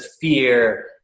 fear